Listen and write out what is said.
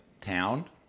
town